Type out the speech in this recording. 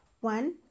One